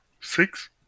Six